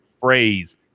phrase